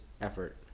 effort